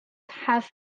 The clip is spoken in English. have